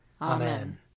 Amen